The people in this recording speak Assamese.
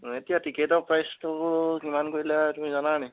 এতিয়া টিকেটৰ প্ৰাইচটো কিমান কৰিলে তুমি জানা নি